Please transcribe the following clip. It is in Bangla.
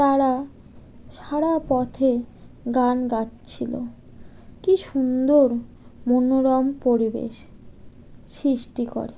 তারা সারা পথে গান গাইছিলো কি সুন্দর মনোরম পরিবেশ সৃষ্টি করে